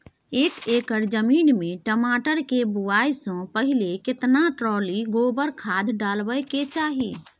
एक एकर जमीन में मटर के बुआई स पहिले केतना ट्रॉली गोबर खाद डालबै के चाही?